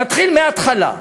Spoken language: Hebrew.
נתחיל מהתחלה.